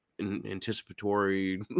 anticipatory